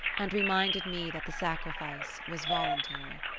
and reminded me that the sacrifice was voluntary.